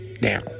now